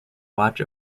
watch